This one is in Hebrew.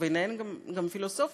וביניהם גם פילוסופיה,